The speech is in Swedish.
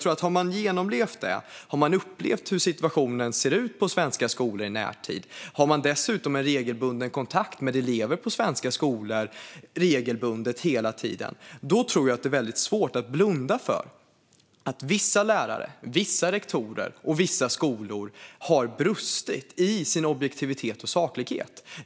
Om man har genomlevt detta och i närtid upplevt hur situationen ser ut på svenska skolor och om man dessutom har regelbunden kontakt med elever på svenska skolor tror jag att det är väldigt svårt att blunda för att vissa lärare, vissa rektorer och vissa skolor har brustit i sin objektivitet och saklighet.